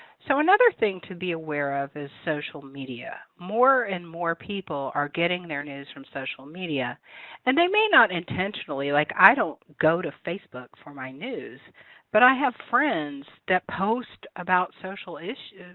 so another thing to be aware of is social media. more and more people are getting their news from social media and they may not intentionally, like i don't go to facebook for my news but i have friends that post about social issues,